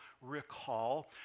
recall